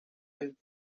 and